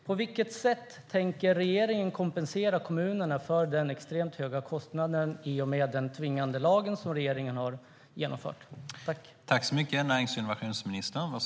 På vilket sätt tänker regeringen kompensera kommunerna för den extremt höga kostnaden i och med den tvingande lag regeringen har genomfört?